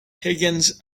higgins